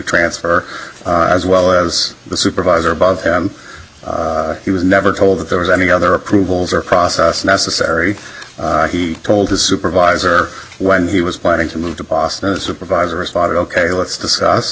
transfer as well as the supervisor above him he was never told that there was any other approvals or process necessary he told his supervisor when he was planning to move to boston a supervisor responded ok let's discuss